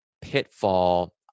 pitfall